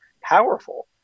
powerful